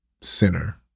sinner